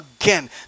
again